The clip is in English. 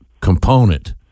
component